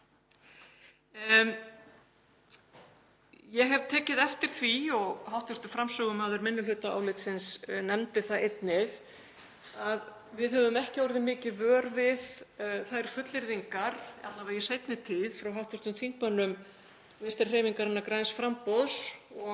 Ég hef tekið eftir því, og hv. framsögumaður minnihlutaálitsins nefndi það einnig, að við höfum ekki orðið mikið vör við þær fullyrðingar, alla vega ekki í seinni tíð frá hv. þingmönnum Vinstrihreyfingarinnar – græns framboðs